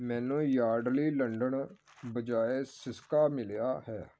ਮੈਨੂੰ Yardley London ਬਜਾਏ ਸਿਸਕਾ ਮਿਲਿਆ ਹੈ